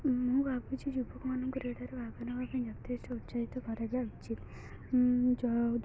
ମୁଁ ଭାବୁଛି ଯୁବକମାନଙ୍କୁ କ୍ରୀଡ଼ାରେ ଭାଗ ନେବା ପାଇଁ ଯଥେଷ୍ଟ ଉତ୍ସାହିତ କରାଯବା ଉଚିତ୍